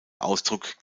ausdruck